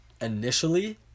Initially